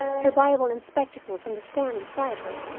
her bible and spectacles on the stand beside her,